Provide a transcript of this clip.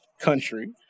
country